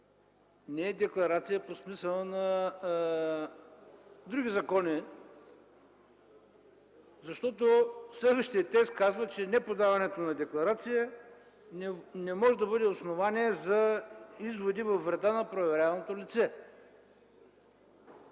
не е декларация по смисъла на други закони. Следващият текст казва, че неподаването на декларация не може да бъде основание за изводи във вреда на проверяваното лице.